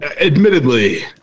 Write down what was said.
admittedly